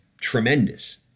tremendous